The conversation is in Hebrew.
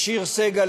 לשיר סגל,